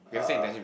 uh